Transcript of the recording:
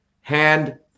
hand